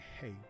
hey